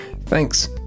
Thanks